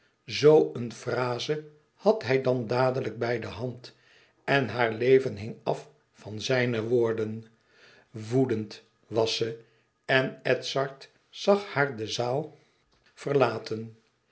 zoo een fraze had hij dan dadelijk bij de hand en haar leven hing af van zijne woorden woedend was ze en edzard zag haar de zaal verlaten